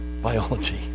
biology